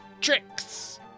tricks